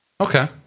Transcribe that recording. Okay